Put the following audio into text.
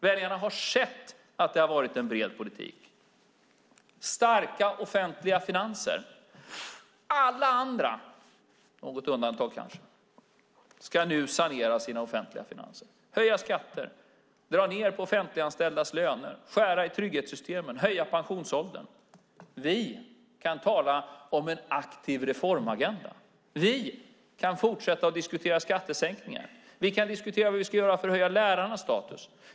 Väljarna har sett att det har varit en bred politik, starka offentliga finanser. Alla andra - något undantag kanske - ska nu sanera sina offentliga finanser: höja skatter, dra ned på offentliganställdas löner, skära i trygghetssystemen, höja pensionsåldern. Vi kan tala om en aktiv reformagenda. Vi kan fortsätta att diskutera skattesänkningar. Vi kan diskutera vad vi ska göra för att höja lärarnas status.